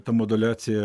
ta moduliacija